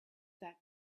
that